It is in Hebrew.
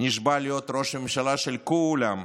נשבע להיות ראש הממשלה של כולם,